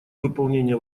выполнении